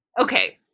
Okay